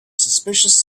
suspicious